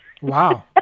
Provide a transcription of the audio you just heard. Wow